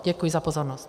Děkuji za pozornost.